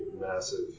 massive